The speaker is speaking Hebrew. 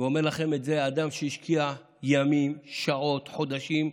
ואומר לכם את זה אדם שהשקיע ימים, שעות, חודשים,